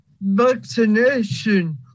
vaccination